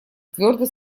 твердо